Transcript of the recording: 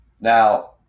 Now